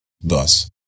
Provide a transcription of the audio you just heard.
Thus